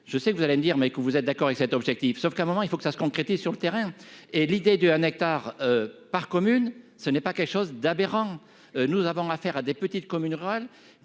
Je sais que vous allez me dire mais que vous êtes d'accord avec cet objectif. Sauf qu'à un moment il faut que ça se concrétise sur le terrain et l'idée de un hectare par commune. Ce n'est pas quelque chose d'aberrant. Nous avons affaire à des petites communes rurales